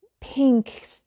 pink